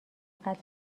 قتل